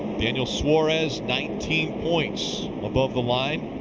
daniel suarez, nineteen points above the line.